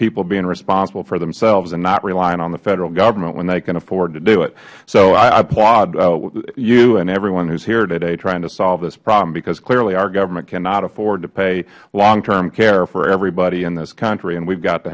people being responsible for themselves and not relying on the federal government when they can afford to do it i applaud you and everyone here today trying to solve this problem because clearly our government cannot afford to pay long term care for everybody in this country